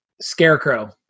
Scarecrow